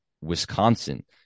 Wisconsin